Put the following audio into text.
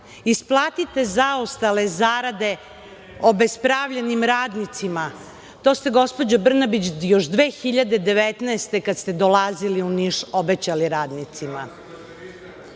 isplatite zaostale zaradite obespravljenim radnicima. To ste, gospođo Brnabić, još 2019. godine kad ste dolazili u Niš obećali radnicima. Umesto